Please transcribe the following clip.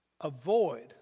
avoid